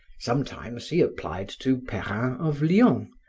sometimes, he applied to perrin of lyons,